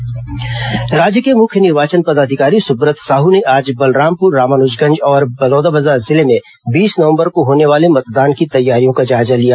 सुब्रत साहू दौरा राज्य के मुख्य निर्वाचन पदाधिकारी सुब्रत साहू ने आज बलरामपुर रामानुजगंज और बलौदाबाजार जिले में बीस नवंबर को होने वाले मतदान की तैयारियों का जायजा लिया